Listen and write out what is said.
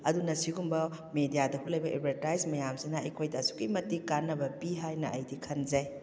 ꯑꯗꯨꯅ ꯁꯤꯒꯨꯝꯕ ꯃꯦꯗꯤꯌꯥꯗ ꯎꯠꯂꯤꯕ ꯑꯦꯗꯚꯔꯇꯥꯏꯁ ꯃꯌꯥꯝꯁꯤꯅ ꯑꯩꯈꯣꯏꯗ ꯑꯁꯨꯛꯀꯤ ꯃꯇꯤꯛ ꯀꯥꯅꯕ ꯄꯤ ꯍꯥꯏꯅ ꯑꯩꯗꯤ ꯈꯟꯖꯩ